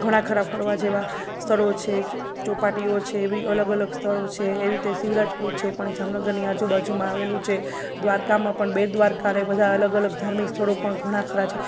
ઘણાં ખરાં ફરવા જેવા સ્થળો છે ચોપાટીઓ છે એવી અલગ અલગ સ્થળો છે એવી રીતે શિવરાજપુર છે એ પણ જામનગરની આજુબાજુમાં આવેલું છે દ્વારકામાં પણ બેટ દ્વારકા એ બધા અલગ અલગ ધાર્મિક સ્થળો પણ ઘણાં ખરાં છે